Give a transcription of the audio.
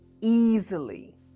Easily